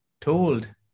told